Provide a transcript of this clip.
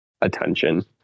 attention